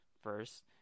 First